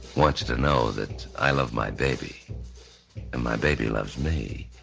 want you to know that i love my baby and my baby loves me.